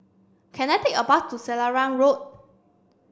can I take a bus to Selarang Road